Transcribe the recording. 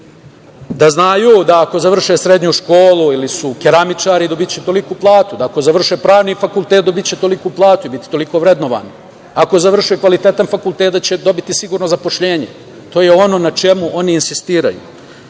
da znaju da ako završe srednju školu ili su keramičari, dobiće toliku platu, da ako završe pravni fakultet, dobiće toliku platu i biti toliko vrednovani, ako završe kvalitetan fakultet, da će dobiti sigurno zaposlenje. To je ono na čemu oni insistiraju. Gospodo,